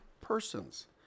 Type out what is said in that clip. Persons